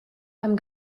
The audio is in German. einem